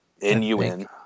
N-U-N